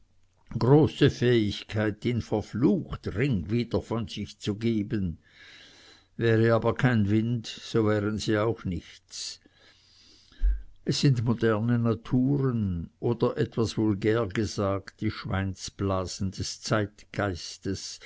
große fähigkeit ihn verflucht ring wieder von sich zu geben wäre aber kein wind so wären sie auch nichts es sind moderne naturen oder etwas vulgär gesagt die schweinsblasen des zeitgeistes